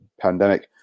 pandemic